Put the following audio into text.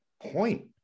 point